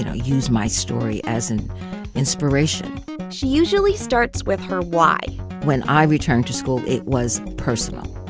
you know use my story as an inspiration she usually starts with her why when i returned to school, it was personal.